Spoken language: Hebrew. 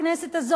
בכנסת הזאת,